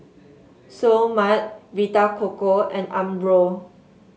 Seoul Mart Vita Coco and Umbro